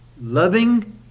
Loving